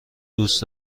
دوست